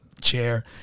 chair